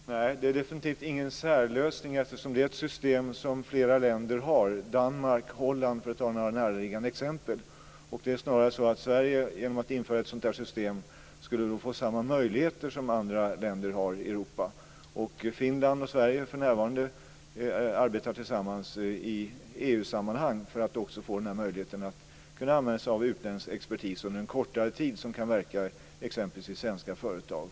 Fru talman! Nej, det är definitivt ingen särlösning, och det är ett system som flera har, som Danmark och Holland för att ta näraliggande exempel. Det är snarare så att Sverige genom att införa ett sådant system skulle få samma möjligheter som andra länder har i Finland och Sverige arbetar för närvarande tillsammans i EU-sammanhang för att få möjligheten att under en kortare tid använda sig av utländsk expertis som kan verka i exempelvis svenska företag.